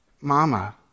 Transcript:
Mama